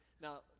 Now